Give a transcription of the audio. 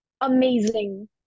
amazing